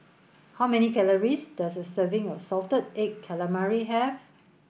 how many calories does a serving of salted egg calamari have